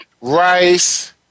Rice